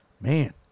Man